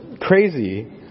crazy